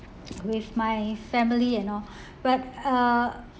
with my family and all but uh